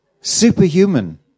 superhuman